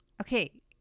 okay